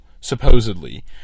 supposedly